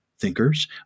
Thinkers